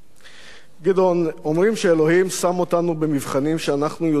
אומרים שאלוהים שם אותנו במבחנים שאנחנו יודעים כיצד להתמודד אתם.